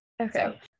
Okay